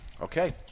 Okay